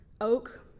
oak